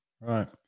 right